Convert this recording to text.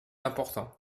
important